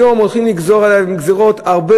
היום הולכים לגזור עליהם גזירות הרבה